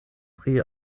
pri